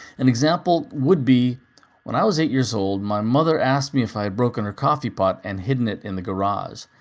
an example would be when i was eight years old, my mother asked me if i had broken her coffee pot and hidden it in the garage.